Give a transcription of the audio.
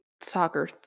soccer